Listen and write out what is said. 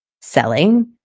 selling